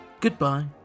Goodbye